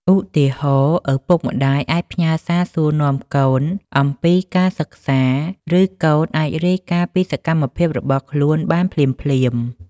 ឧទាហរណ៍ ឪពុកម្ដាយអាចផ្ញើសារសួរនាំកូនអំពីការសិក្សា ឬកូនអាចរាយការណ៍ពីសកម្មភាពរបស់ខ្លួនបានភ្លាមៗ។